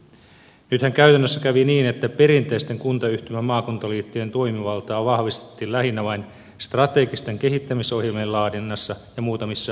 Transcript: nythän käytännössä kävi niin että perinteisten kuntayhtymämaakunta liittojen toimivaltaa vahvistettiin lähinnä vain strategisten kehittämisohjelmien laadinnassa ja muutamissa nimitysasioissa